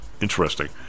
interesting